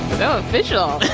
so official